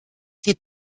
fait